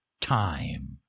time